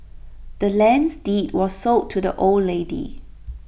the land's deed was sold to the old lady